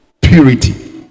purity